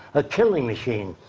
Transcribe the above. a killing machine.